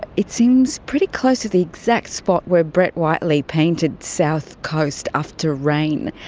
ah it seems pretty close to the exact spot where brett whiteley painted south coast after rain.